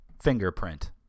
fingerprint